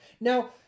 Now